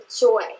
joy